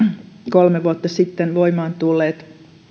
kolme vuotta sitten voimaan tulleet